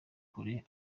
kure